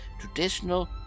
Traditional